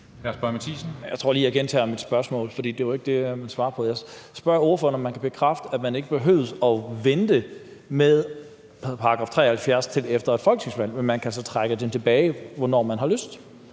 Jeg tror lige, at jeg gentager mit spørgsmål, for det var ikke det, der blev svaret på. Jeg spørger ordføreren, om han kan bekræfte, at man ikke behøver at vente med § 73 til efter et folketingsvalg, men at man kan trække det tilbage, når man har lyst.